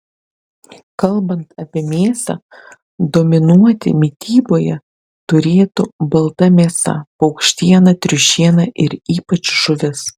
kalbant apie mėsą dominuoti mityboje turėtų balta mėsa paukštiena triušiena ir ypač žuvis